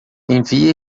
envie